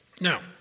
Now